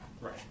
Right